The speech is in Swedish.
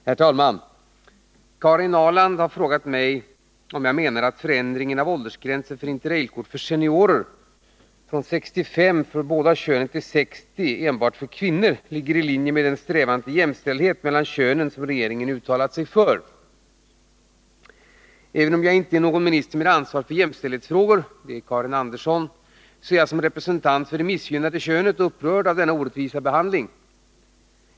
Herr talman! Karin Ahrland har frågat mig om jag menar att förändringen av åldersgränsen för Inter-Rail-kort för seniorer från 65 för båda könen till 60 år för enbart kvinnor ligger i linje med den strävan till jämställdhet mellan könen som regeringen uttalat sig för. Även om jag inte är någon minister med ansvar för jämställdhetsfrågor — det är Karin Andersson — så är jag som representant för det missgynnade könet upprörd av denna orättvisa behandling.